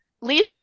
Leave